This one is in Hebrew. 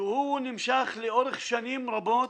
שהוא נמשך לאורך שנים רבות,